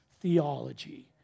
theology